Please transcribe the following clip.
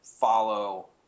follow